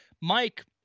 Mike